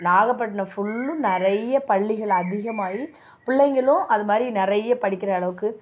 நாகப்பட்டினம் ஃபுல்லும் நிறைய பள்ளிகள் அதிகமாகி பிள்ளைங்களும் அதுமாதிரி நிறைய படிக்கிற அளவுக்கு